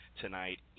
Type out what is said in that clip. tonight